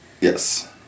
Yes